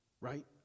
right